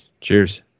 Cheers